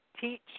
teach